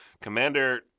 Commander